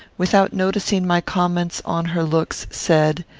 without noticing my comments on her looks, said,